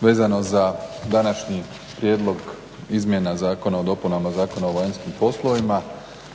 Vezano za današnji prijedlog izmjena zakona o dopuni Zakona o vanjskim poslovima,